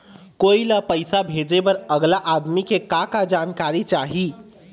कोई ला पैसा भेजे बर अगला आदमी के का का जानकारी चाही?